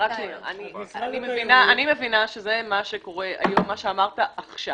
אני מבינה שזה מה שקורה היום, מה שאמרת עכשיו.